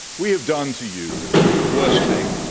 we have done to you the worst thing,